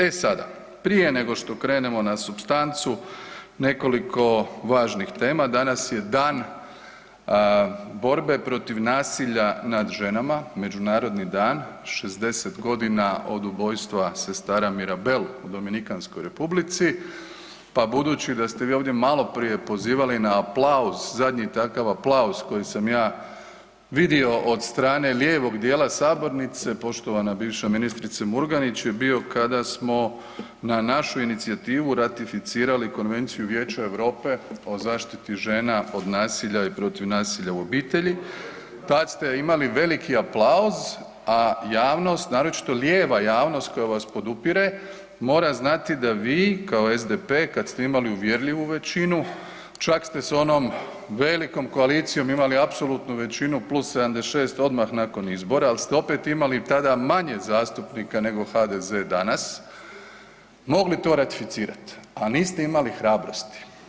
E sada, prije nego što krenemo na supstancu, nekoliko važnih tema, danas je Dan borbe protiv nasilja nad ženama, međunarodni dan, 60.g. od ubojstva sestara Mirabel u Dominikanskoj Republici, pa budući da ste vi ovdje maloprije pozivali na aplauz, zadnji takav aplauz koji sam ja vidio od strane lijevog dijela sabornice, poštovana bivša ministrice Murganić, je bio kada smo na našu inicijativu ratificirali Konvenciju Vijeća Europe o zaštiti žena od nasilja i protiv nasilja u obitelji, tad ste imali veliki aplauz, a javnost, naročito lijeva javnost koja vas podupire mora znati da vi kao SDP kad ste imali uvjerljivu većinu čak ste s onom velikom koalicijom imali apsolutnu većinu + 76 odmah nakon izbora, al ste opet imali tada manje zastupnika nego HDZ danas, mogli to ratificirat, a niste imali hrabrosti.